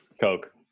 Coke